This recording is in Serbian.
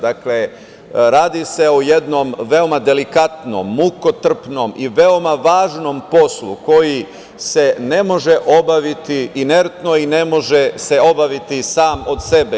Dakle, radi se o jednom veoma delikatnom, mukotrpnom i veoma važnom poslu koji se ne može obaviti inertno i ne može se obaviti sam od sebe.